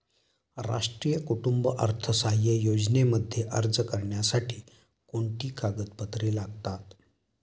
राष्ट्रीय कुटुंब अर्थसहाय्य योजनेमध्ये अर्ज करण्यासाठी कोणती कागदपत्रे लागतात?